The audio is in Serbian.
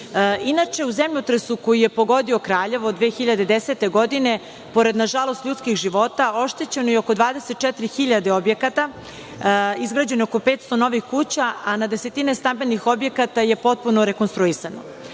žive. Inače, u zemljotresu koji je pogodio Kraljevo 2010. godine, pored nažalost ljudskih života oštećeno je oko 24.000 objekata, izgrađeno je oko 500 novih kuća, a na desetine stambenih objekata je potpuno rekonstruisano. Prva